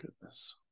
goodness